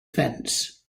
fence